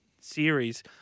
series